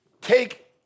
Take